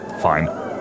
Fine